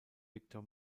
victor